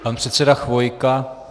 Pan předseda Chvojka.